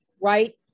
right